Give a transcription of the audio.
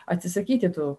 atsisakyti tų